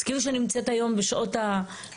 זה כאילו שאני נמצאת היום בשעות הלילה